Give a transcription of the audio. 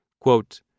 Quote